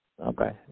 Okay